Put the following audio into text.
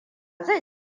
zai